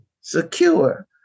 secure